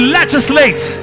legislate